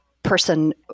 person